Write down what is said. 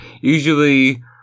Usually